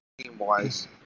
team-wise